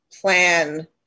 plan